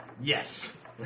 Yes